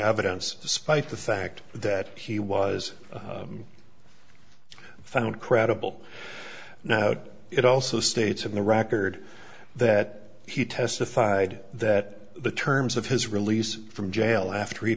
evidence despite the fact that he was found credible note it also states in the record that he testified that the terms of his release from jail after he